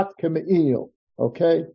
Okay